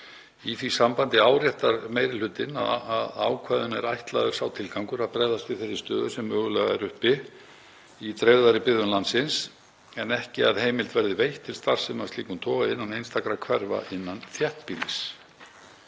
„Í því sambandi áréttar meiri hlutinn að ákvæðinu er ætlaður sá tilgangur að bregðast við þeirri stöðu sem mögulegt er að komi upp í dreifðari byggðum landsins en ekki að heimild verði veitt til starfsemi af slíkum toga innan einstakra hverfa innan þéttbýlis.